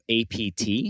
APT